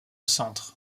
centre